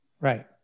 Right